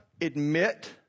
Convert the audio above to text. admit